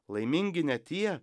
laimingi ne tie